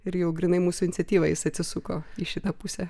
ir jau grynai mūsų iniciatyva jis atsisuko į šitą pusę